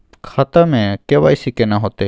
खाता में के.वाई.सी केना होतै?